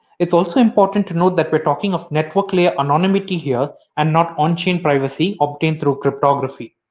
it's also important to note that we're talking of network layer anonymity here and not on chain privacy obtained through cryptography.